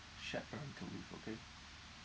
shared parental leave okay